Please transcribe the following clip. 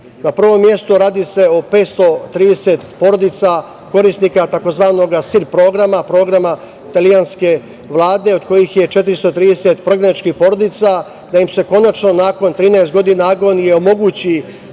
Na prvom mestu radi se o 530 porodica, korisnika tzv. SIRP programa, programa italijanske vlade, od kojih je 430 prognaničkih porodica, da im se konačno nakon 13 godina agonije omogući